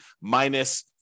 minus